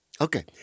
Okay